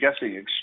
guessing